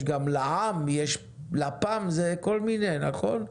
יש גם לע"ם, יש לפ"ם, זה כל מיני, נכון?